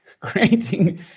creating